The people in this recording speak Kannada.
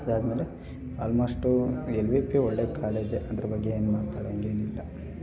ಅದಾದ ಮೇಲೆ ಆಲ್ಮೋಸ್ಟು ಎಲ್ ವಿ ಪಿ ಒಳ್ಳೆಯ ಕಾಲೇಜೇ ಅದ್ರ ಬಗ್ಗೆ ಏನೂ ಮಾತಾಡಂಗೇನೂ ಇಲ್ಲ